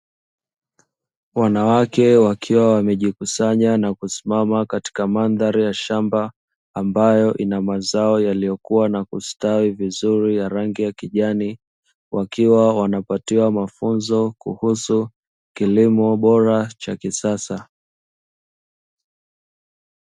Wanawake wakiwa wamejikusanya na kusimama katika mandhari ya shamba ambayo ina mazao yaliyokua na kustawi vizuri ya rangi ya kijani, wakiwa wanapatiwa mafunzo kuhusu kilimo bora cha kisasa